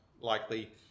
likely